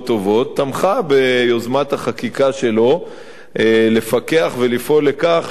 תמכה ביוזמת החקיקה שלו לפקח ולפעול לכך שמחירים